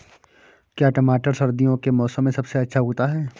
क्या टमाटर सर्दियों के मौसम में सबसे अच्छा उगता है?